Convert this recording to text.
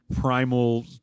primal